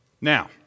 Now